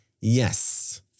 Yes